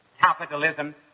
capitalism